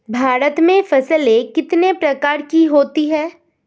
भारत में फसलें कितने प्रकार की होती हैं?